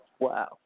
Wow